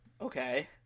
Okay